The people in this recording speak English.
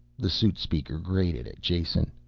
the suit speaker grated at jason.